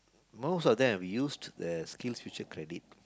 most of them used their SkillsFuture credit